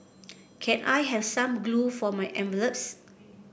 can I have some glue for my envelopes